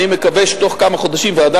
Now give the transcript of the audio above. אני מקווה שבתוך כמה חודשים ועדה